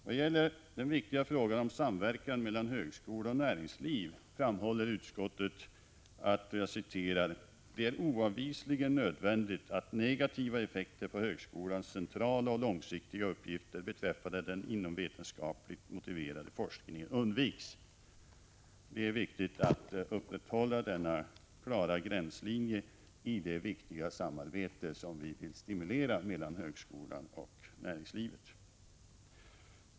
Vad gäller den viktiga frågan om samverkan mellan högskola och näringsliv framhåller utskottet att ”det är oavvisligen nödvändigt att negativa effekter på högskolans centrala och långsiktiga uppgifter beträffande den inomvetenskapligt motiverade forskningen undviks.” Det är viktigt att i det betydelsefulla samarbete som vi vill upprätthålla denna klara gränslinj stimulera mellan högskolan och näringslivet.